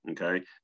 Okay